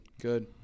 good